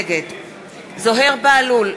נגד זוהיר בהלול,